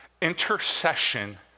Intercession